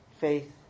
faith